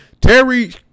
terry